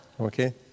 Okay